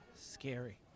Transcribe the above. Scary